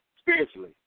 spiritually